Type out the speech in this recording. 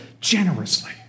generously